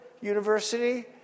University